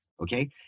okay